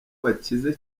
bakize